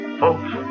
folks